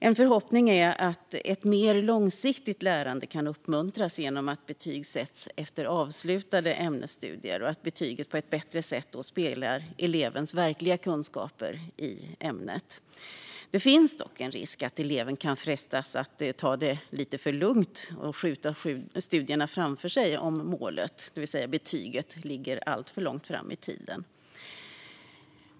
En förhoppning är att ett mer långsiktigt lärande kan uppmuntras genom att betyg sätts efter avslutade ämnesstudier och att betyget på ett bättre sätt speglar elevens verkliga kunskaper i ämnet. Det finns dock en risk att eleven kan frestas att ta det lite för lugnt och skjuta studierna framför sig om målet, det vill säga betyget, ligger alltför långt fram i tiden.